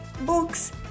books